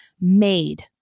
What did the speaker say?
Made